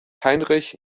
heinrich